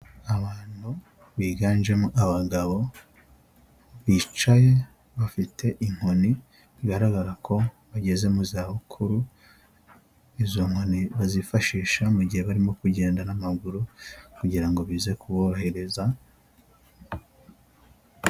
Abantu biganjemo abagabo bicaye bafite inkoni, bigaragara ko bageze mu za bukuru. Izo nkoni bazifashisha mu gihe barimo kugenda n'amaguru, kugira ngo bize kuborohereza.